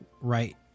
Right